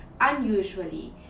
unusually